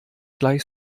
gleich